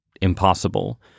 impossible